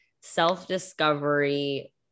self-discovery